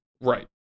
right